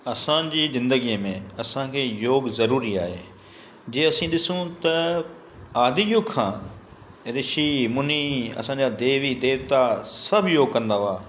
असांजी ज़िंदगीअ में असांखे योग ज़रूरी आहे जीअं असी ॾिसूं था आदियुग खां ऋषि मुनि असांजा देवी देवता सभु योग कंदा हुआ